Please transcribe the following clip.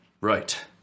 Right